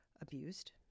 abused